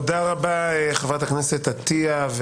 תודה רבה, חברת הכנסת עטייה.